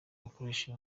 bakoresha